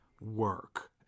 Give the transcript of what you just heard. work